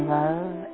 love